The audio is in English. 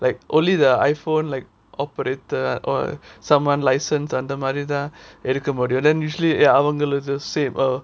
like only the iphone like operator or someone licensed அந்த மாதிரி தான் எடுக்க முடியும்:andha madhirithan eduka mudium then usually அவங்களது:avangalathu safe